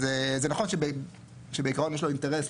אז זה נכון שבעיקרון יש לו אינטרס